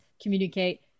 communicate